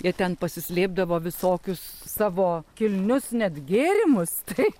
ir ten pasislėpdavo visokius savo kilnius net gėrimus taip